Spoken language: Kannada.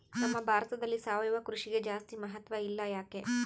ನಮ್ಮ ಭಾರತದಲ್ಲಿ ಸಾವಯವ ಕೃಷಿಗೆ ಜಾಸ್ತಿ ಮಹತ್ವ ಇಲ್ಲ ಯಾಕೆ?